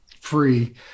free